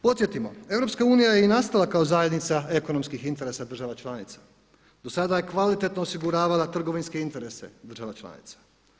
Podsjetimo EU je i nastala kao zajednica ekonomskih interesa država članica, do sada je kvalitetno osiguravala trgovinske interese država članica.